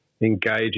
engaging